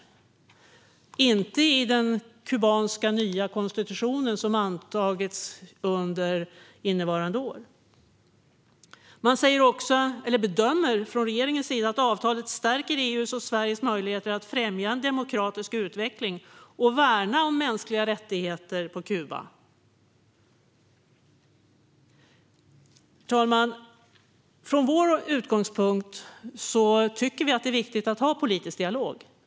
Det kan inte vara i den nya kubanska konstitutionen, som antagits under innevarande år. Regeringen bedömer också att "avtalet stärker EU:s och Sveriges möjligheter att främja en demokratisk utveckling och värna om mänskliga rättigheter på Kuba". Från vår utgångspunkt är det viktigt med politisk dialog, herr talman.